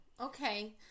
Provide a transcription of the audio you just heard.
okay